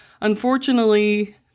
Unfortunately